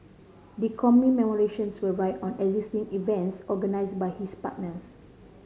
the commemorations will ride on existing events organised by his partners